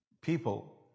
people